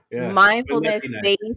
mindfulness-based